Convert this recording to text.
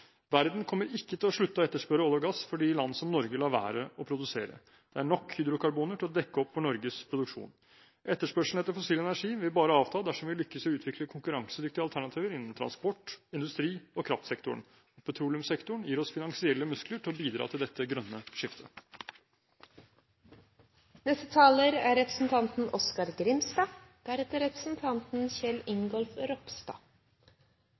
Verden kommer ikke til å slutte å etterspørre olje og gass fordi land som Norge lar være å produsere. Det er nok hydrokarboner til å dekke opp for Norges produksjon. Etterspørselen etter fossil energi vil bare avta dersom vi lykkes i å utvikle konkurransedyktige alternativer innen transport, industri og kraftsektoren. Petroleumssektoren gir oss finansielle muskler til å bidra til dette grønne